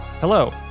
Hello